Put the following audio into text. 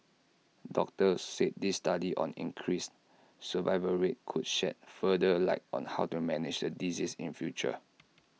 doctors said this study on increased survival rate could shed further light on how to manage the disease in future